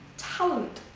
talent!